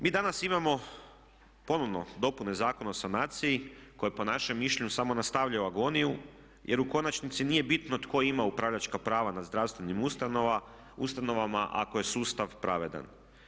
Mi danas imamo ponovno dopune Zakona o sanaciji koje po našem mišljenju samo nastavljaju agoniju, jer u konačnici nije bitno tko ima upravljačka prava na zdravstvenim ustanovama ako je sustav pravedan.